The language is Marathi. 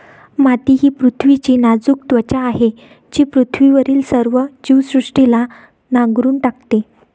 माती ही पृथ्वीची नाजूक त्वचा आहे जी पृथ्वीवरील सर्व जीवसृष्टीला नांगरून टाकते